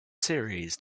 series